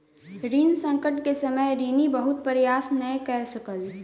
ऋण संकट के समय ऋणी बहुत प्रयास नै कय सकल